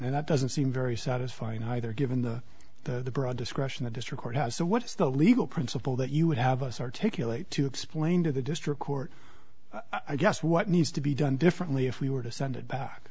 and that doesn't seem very satisfying either given the the broad discretion the district court has so what is the legal principle that you would have us articulate to explain to the district court i guess what needs to be done differently if we were to send it back